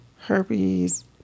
herpes